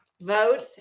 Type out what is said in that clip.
Vote